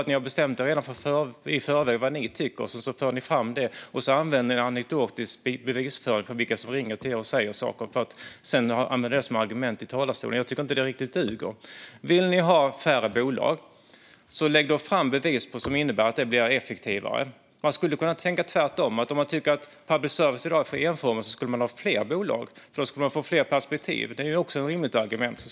Eller har ni redan i förväg bestämt vad ni tycker för att sedan föra fram det och använda anekdotisk bevisföring som argument i talarstolen utifrån vilka som ringer till er och säger saker? Jag tycker inte riktigt att det duger. Vill ni ha färre bolag så lägg fram bevis på att det blir effektivare! Man skulle kunna tänka tvärtom, att om man tycker att public service i dag är för enformigt skulle man ha fler bolag och då få fler perspektiv. Det är också ett rimligt argument.